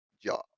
job